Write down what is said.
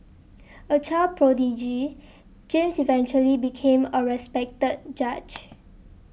a child prodigy James eventually became a respected judge